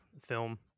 film